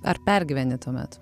ar pergyveni tuomet